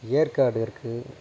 ஏற்காடு இருக்கு